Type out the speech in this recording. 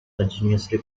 continuously